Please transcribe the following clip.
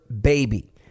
baby